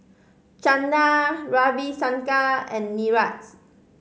Chanda Ravi Shankar and Niraj